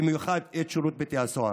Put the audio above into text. ובמיוחד את שירות בתי הסוהר.